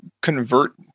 convert